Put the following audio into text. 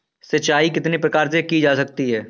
सिंचाई कितने प्रकार से की जा सकती है?